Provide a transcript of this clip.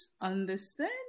understand